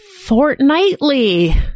fortnightly